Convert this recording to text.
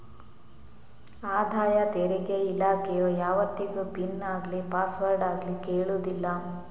ಆದಾಯ ತೆರಿಗೆ ಇಲಾಖೆಯು ಯಾವತ್ತಿಗೂ ಪಿನ್ ಆಗ್ಲಿ ಪಾಸ್ವರ್ಡ್ ಆಗ್ಲಿ ಕೇಳುದಿಲ್ಲ